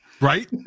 Right